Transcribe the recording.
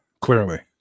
clearly